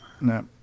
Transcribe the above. No